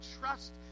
trust